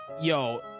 yo